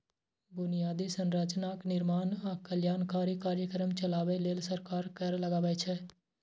बुनियादी संरचनाक निर्माण आ कल्याणकारी कार्यक्रम चलाबै लेल सरकार कर लगाबै छै